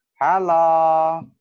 Hello